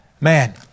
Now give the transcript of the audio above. man